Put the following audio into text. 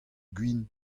gwin